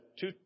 two